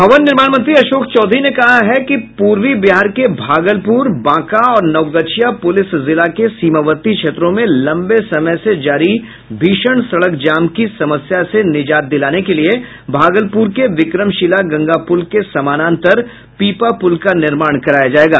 भवन निर्माण मंत्री अशोक चौधरी ने कहा है कि पूर्वी बिहार के भागलपुर बांका और नवगछिया जिलों के सीमावर्ती क्षेत्रों में लंबे समय से जारी भीषण सड़क जाम की समस्या से निजात दिलाने के लिए भागलपुर के विक्रमशिला गंगा प्रल के समानांतर पीपा पुल का निर्माण कराया जाएगा